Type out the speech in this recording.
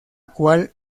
cual